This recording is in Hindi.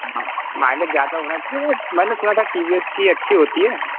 माइलेज ज़्यादा होना चाहिए मैंने सुना था टी वी एस की अच्छी होती है